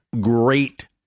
great